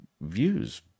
views